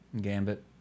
Gambit